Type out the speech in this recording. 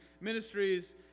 Ministries